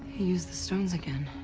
used the stones again.